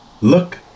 Look